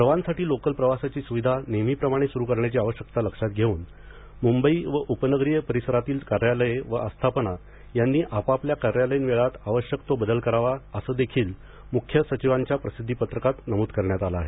सर्वांसाठी लोकल प्रवासाची सुविधा नेहमीप्रमाणे सुरु करण्याची आवश्यकता लक्षात घेऊन मुंबई आणि उपनगर परिसरातील कार्यालये व आस्थापना यांनी आपापल्या कार्यालयीन वेळांत आवश्यक तो बदल करावा असेदेखील मुख्य सचिवांच्या प्रसिद्धी पत्रकात नमूद करण्यात आले आहे